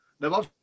Now